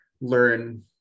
learn